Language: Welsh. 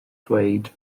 dweud